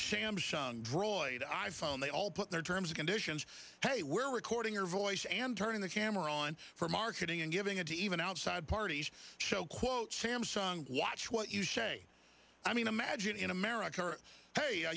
droid i phone they all put their terms and conditions hey we're recording your voice and turning the camera on for marketing and giving it to even outside parties show quote samsung watch what you say i mean imagine in america he